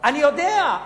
אני יודע,